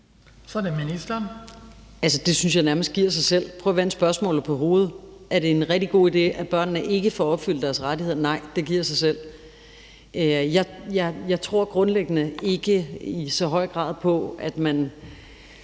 Så er det ministeren.